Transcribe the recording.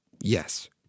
yes